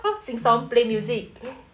sing song play music